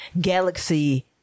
galaxy